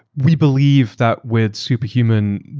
we believe that with superhuman,